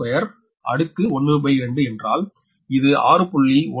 152 12 என்றால் இது 6